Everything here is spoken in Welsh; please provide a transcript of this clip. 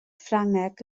ffrangeg